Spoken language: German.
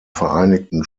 vereinigten